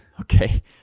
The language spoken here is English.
Okay